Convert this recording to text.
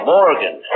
Morgan